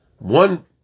One